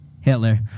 Hitler